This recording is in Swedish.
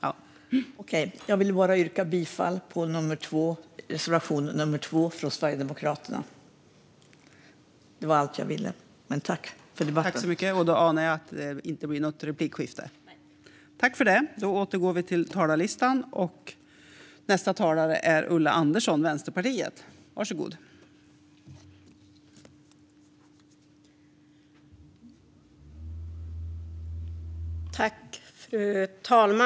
Fru talman! Jag ville bara yrka bifall till reservation nummer 2 från Sverigedemokraterna. Tack för debatten!